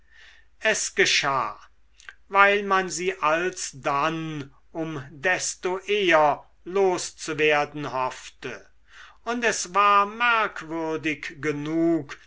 es geschah weil man sie alsdann um desto eher loszuwerden hoffte und es war merkwürdig genug